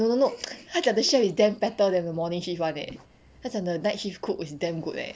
no no no 他讲 the chef is damn better than the morning shift one eh 他讲 the shift cook is damn good eh